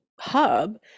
hub